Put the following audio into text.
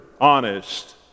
honest